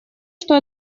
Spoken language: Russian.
что